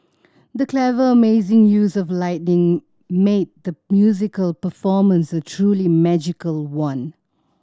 the clever amazing use of lighting made the musical performance a truly magical one